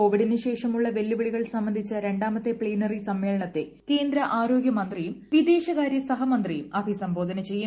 കോവിഡിന് ശേഷമുള്ള വെല്ലുവിളികൾ സംബന്ധിച്ച രണ്ടാമത്തെ പ്തീനറി സമ്മേളനത്തെ കേന്ദ്ര ആരോഗ്യമന്ത്രിയും വിദേശകാര്യ സഹമന്ത്രിയും അഭിസംബോധന ചെയ്യും